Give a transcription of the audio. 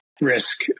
risk